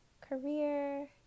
career